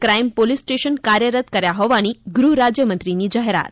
crime police station કાર્યરત કર્યા હોવાની ગૃહરાજ્યમંત્રીની જાહેરાત